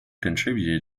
contributed